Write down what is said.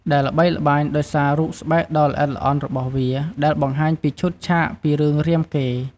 ដែលល្បីល្បាញដោយសាររូបស្បែកដ៏ល្អិតល្អន់របស់វា ដែលបង្ហាញពីឈុតឆាកពី រឿងរាមកេរ្តិ៍។